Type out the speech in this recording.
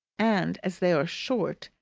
and as they are short,